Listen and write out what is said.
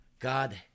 God